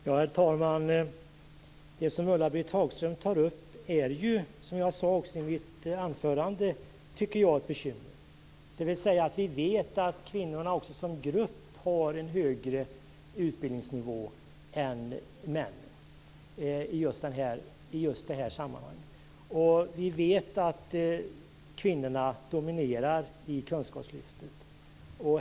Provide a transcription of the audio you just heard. Herr talman! Det som Ulla-Britt Hagström tar upp är ett bekymmer, som jag sade i mitt anförande. Vi vet att kvinnorna som grupp har en högre utbildningsnivå än männen i just det här sammanhanget, och vi vet att kvinnorna dominerar i kunskapslyftet.